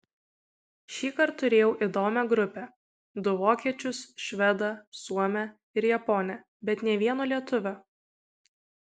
šįkart turėjau įdomią grupę du vokiečius švedą suomę ir japonę bet nė vieno lietuvio